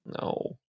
No